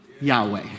Yahweh